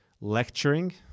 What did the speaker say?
lecturing